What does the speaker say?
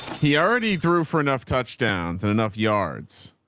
he already threw for enough touchdowns and enough yards.